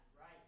Right